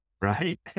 Right